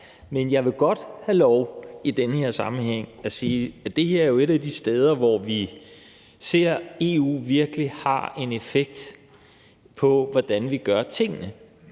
men jeg vil godt have lov til i den her sammenhæng at sige, at det her jo er et af de steder, hvor vi ser EU virkelig har en effekt på, hvordan vi gør tingene.